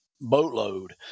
boatload